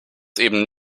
eben